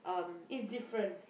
it's different